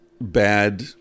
bad